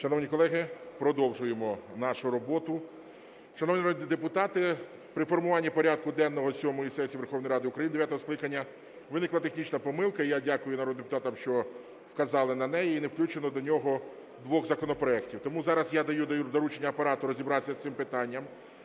Шановні колеги, продовжуємо нашу роботу. Шановні народні депутати, при формуванні порядку денного сьомої сесії Верховної Ради України дев'ятого скликання виникла технічна помилка. Я дякую народним депутатам, що вказали на неї. Не включено до нього двох законопроектів, тому зараз я даю доручення Апарату розібратися з цим питанням.